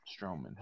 Strowman